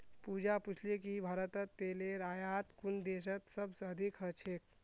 पूजा पूछले कि भारतत तेलेर आयात कुन देशत सबस अधिक ह छेक